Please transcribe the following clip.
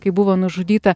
kai buvo nužudyta